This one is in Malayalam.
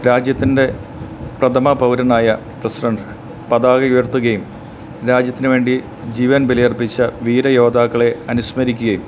രാജ്യത്തിൻ്റെ പ്രഥമ പൗരനായ പ്രസിഡൻ്റ് പതാക ഉയർത്തുകയും രാജ്യത്തിനുവേണ്ടി ജീവൻ ബലിയർപ്പിച്ച വീരയോദ്ധാക്കളെ അനുസ്മരിക്കുകയും